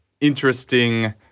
interesting